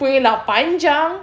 punya lah panjang